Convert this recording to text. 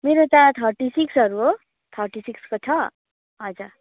मेरो त थर्टी सिक्सहरू हो थर्टी सिक्सको छ हजुर